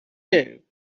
you